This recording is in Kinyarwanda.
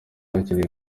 hakiri